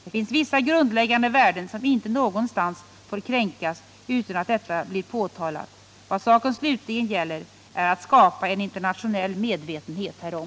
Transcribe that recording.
Det finns vissa grundläggande värden som inte någonstans får kränkas utan att detta blir påtalat. Vad saken slutligen gäller är att skapa en internationell medvetenhet härom.